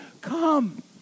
come